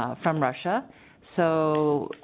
ah from russia so ah.